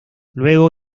luego